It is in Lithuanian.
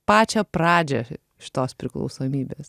pačią pradžią šitos priklausomybės